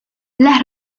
las